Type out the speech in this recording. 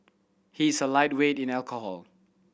he is a lightweight in alcohol